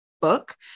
book